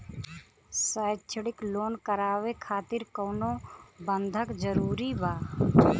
शैक्षणिक लोन करावे खातिर कउनो बंधक जरूरी बा?